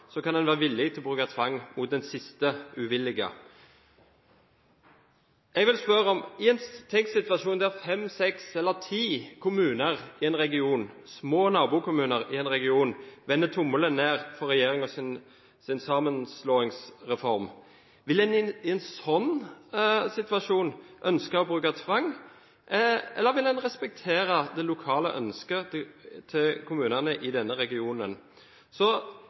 kan en være villig til å bruke tvang mot den siste, uvillige. Jeg vil spørre: I en tenkt situasjon der fem, seks eller ti små nabokommuner i en region vender tommelen ned for regjeringens sammenslåingsreform, vil en ønske å bruke tvang, eller vil en respektere det lokale ønsket til kommunene i denne regionen?